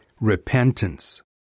repentance